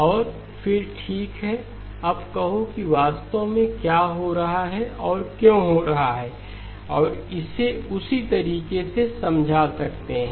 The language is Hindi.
और फिर ठीक है अब कहो कि वास्तव में क्या हो रहा है और क्यों हो रहा है और इसे उसी तरीके से समझा सकते हैं